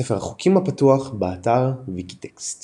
ספר החוקים הפתוח, באתר ויקיטקסט